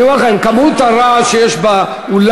אם זה בקשר לנושא.